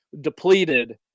depleted